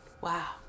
wow